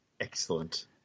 Excellent